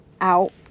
out